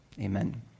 Amen